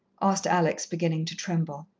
asked alex, beginning to tremble.